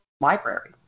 library